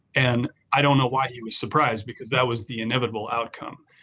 and i don't know why he was surprised because that was the inevitable outcome.